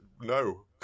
no